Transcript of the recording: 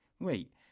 wait